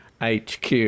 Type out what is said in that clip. HQ